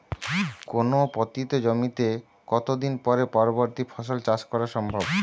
কোনো পতিত জমিতে কত দিন পরে পরবর্তী ফসল চাষ করা সম্ভব?